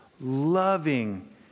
loving